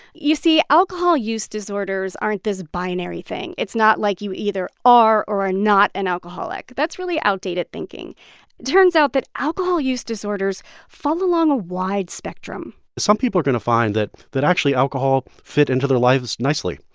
you see, alcohol-use disorders aren't this binary thing. it's not like you either are or are not an alcoholic. that's really outdated thinking. it turns out that alcohol-use disorders fall along a wide spectrum some people are going to find that that actually alcohol fit into their lives nicely,